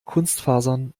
kunstfasern